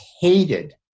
hated